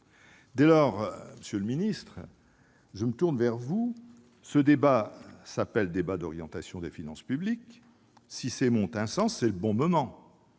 Dès lors, messieurs les ministres, je me tourne vers vous. Ce débat s'appelle « débat d'orientation des finances publiques ». Si les mots ont un sens, c'est le bon moment